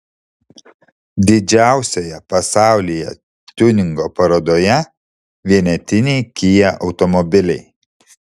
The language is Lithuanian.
didžiausioje pasaulyje tiuningo parodoje vienetiniai kia automobiliai